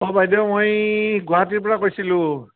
অ বাইদেউ মই গুৱাহাটীৰপৰা কৈছিলোঁ